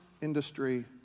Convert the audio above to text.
industry